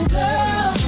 girl